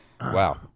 Wow